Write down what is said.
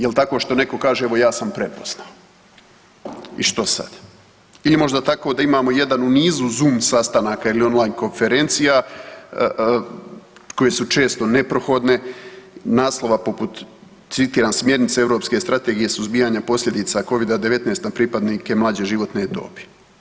Jel tako što netko kaže evo ja sam prepoznao i što sad ili možda tako da imamo jedan u nizu zom sastanaka ili on-line konferencija koje su često neprohodne naslova poput citiram smjernica Europske strategije suzbijanja posljedica Covida-19 na pripadnike mlađe životne dobi.